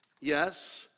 Yes